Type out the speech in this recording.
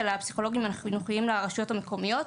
הפסיכולוגים החינוכיים לרשויות המקומיות,